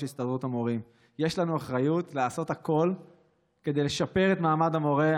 הסתדרות המורים: יש לנו אחריות לעשות הכול כדי לשפר את מעמד המורה.